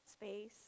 space